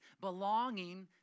belonging